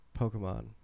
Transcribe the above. pokemon